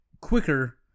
quicker